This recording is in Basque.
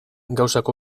gauzak